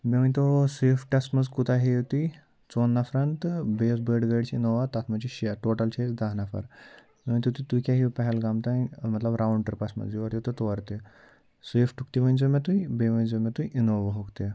مےٚ ؤنۍتو سِوِفٹَس منٛز کوٗتاہ ہیٚیُو تُہۍ ژوٚن نفرَن تہٕ بیٚیہِ یۄس بٔڑ گٲڑۍ چھِ اِنووا تَتھ منٛز چھِ شےٚ ٹوٹَل چھِ أسۍ دَاہ نفَر مے ؤنۍتَو تُہۍ تُہۍ کیٛاہ ہیٚیُو پہگام تام مطلب راوُنٛڈ ٹرٛپَس منٛز یورٕ تہٕ تورٕ تہِ سِوِفٹُک تہِ ؤنۍزیو مےٚ تُہۍ بیٚیہِ ؤنۍزیو مےٚ تُہۍ اِنووہُک تہِ